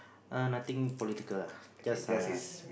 uh nothing political lah just uh